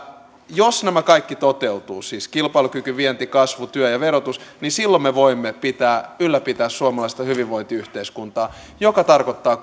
jos nämä kaikki toteutuvat siis kilpailukyky vienti kasvu työ ja verotus silloin me voimme ylläpitää suomalaista hyvinvointiyhteiskuntaa joka tarkoittaa